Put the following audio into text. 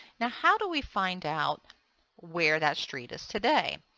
now, how do we find out where that street is today?